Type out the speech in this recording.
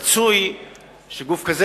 רצוי שגוף כזה,